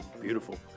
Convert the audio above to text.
Beautiful